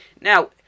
now